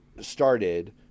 started